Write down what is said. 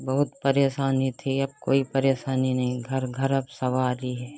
बहुत परेशानी थी अब कोई परेशानी नहीं घर घर अब सवारी है